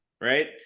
right